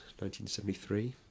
1973